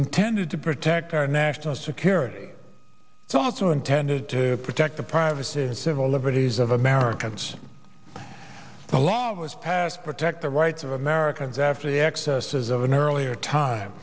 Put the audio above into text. intended to protect our national security thoughts were intended to protect the privacy and civil liberties of americans but the law was passed protect the rights of americans after the excesses of an earlier time